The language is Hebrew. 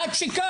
את שיקרת.